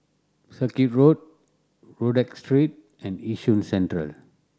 Circuit Road Rodyk Street and Yishun Central